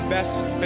Best